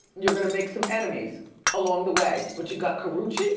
you're gonna make some enemies along the way. but you got karrueche,